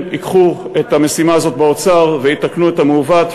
ייקחו את המשימה הזאת באוצר ויתקנו את המעוות,